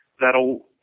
that'll